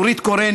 נורית קורן,